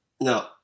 No